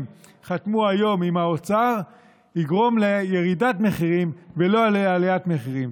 חתמו עליו היום עם האוצר יגרום לירידת מחירים ולא לעליית מחירים.